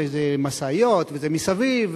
הרי זה משאיות וזה מסביב,